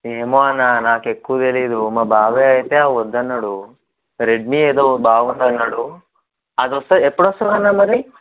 ఏమో అన్నా నాకు ఎక్కువ తెలియదు మా బాబాయ్ అయితే అవి వద్దన్నాడు రెడ్మీ ఏదో బాగుంది అన్నాడు అది వస్తా ఎప్పుడు వస్తుంది అన్నా మరి